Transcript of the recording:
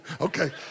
Okay